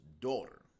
daughter